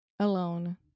Alone